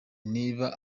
niba